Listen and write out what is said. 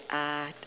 uh